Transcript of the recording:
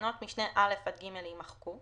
תקנות משנה (א) עד (ג) יימחקו,